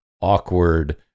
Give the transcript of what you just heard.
awkward